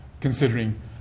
considering